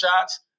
shots